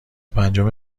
پنجم